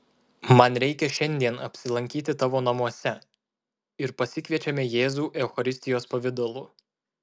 man reikia šiandien apsilankyti tavo namuose ir pasikviečiame jėzų eucharistijos pavidalu